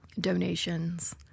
donations